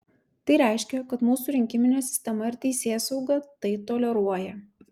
tai reiškia kad mūsų rinkiminė sistema ir teisėsauga tai toleruoja